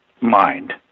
mind